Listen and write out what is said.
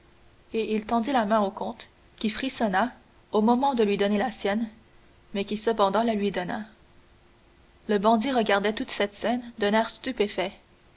et il tendit la main au comte qui frissonna au moment de lui donner la sienne mais qui cependant la lui donna le bandit regardait toute cette scène d'un air stupéfait